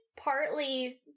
Partly